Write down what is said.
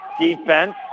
defense